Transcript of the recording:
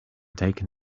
taken